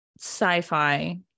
sci-fi